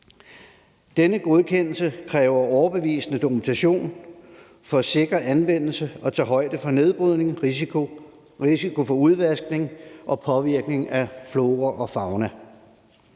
Denne godkendelse kræver overbevisende dokumentation for sikker anvendelse og tager højde for nedbrydning, risiko for udvaskning og påvirkning af flora og fauna.